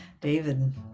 David